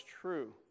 true